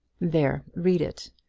there read it.